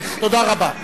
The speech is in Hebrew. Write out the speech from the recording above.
תודה רבה.